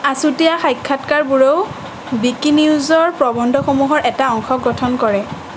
আছুতীয়া সাক্ষাৎকাৰবোৰেও বিকি নিউজৰ প্ৰবন্ধসমূহৰ এটা অংশ গঠন কৰে